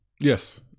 Yes